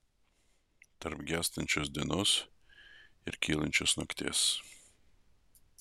tarp gęstančios dienos ir kylančios nakties